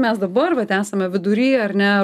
mes dabar vat esame vidury ar ne